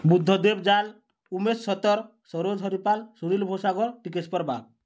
ବୁଦ୍ଧଦେବ ଜାଲ୍ ଉମେଶ ସତର୍ ସରୋଜ ହରିପାଲ୍ ସୁନୀଲ ଭୋସାଗର୍ ଟିକେଶ୍ୱର ବାଗ୍